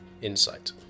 insight